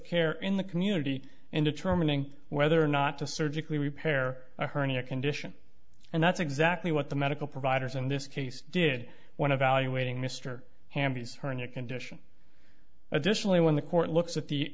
care in the community in determining whether or not to surgically repair a hernia condition and that's exactly what the medical providers in this case did when a value waiting mr hamby is her new condition additionally when the court looks at the